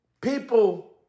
People